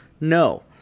No